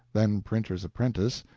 then printer's apprentice,